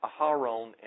Aharon